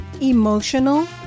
emotional